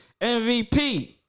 MVP